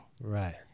right